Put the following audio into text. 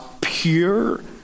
pure